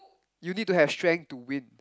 you need to have strength to win